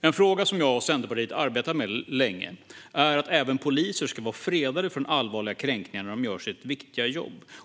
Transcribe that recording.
En fråga som jag och Centerpartiet har arbetat med länge är att även poliser ska vara fredade från allvarliga kränkningar när de utför sitt viktiga jobb.